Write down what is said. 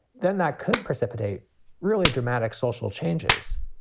then that could precipitate really dramatic social changes.